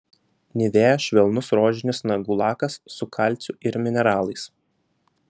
nivea švelnus rožinis nagų lakas su kalciu ir mineralais